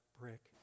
brick